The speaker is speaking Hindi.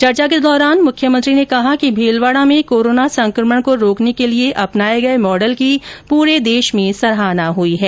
चर्चा के दौरान मुख्यमंत्री ने कहा कि भीलवाडा में कोरोना संकमण को रोकने के लिए अपनाये गये मॉडल की पूरे देश में सराहना हुई है